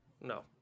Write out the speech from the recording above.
no